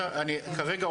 כרגע,